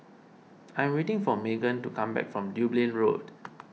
I am waiting for Meghan to come back from Dublin Road